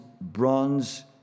bronze